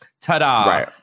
Ta-da